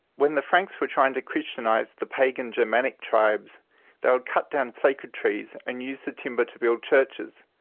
when the franks were trying to christianise the pagan germanic tribes they would cut down sacred trees and use the timber to build churches,